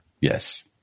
Yes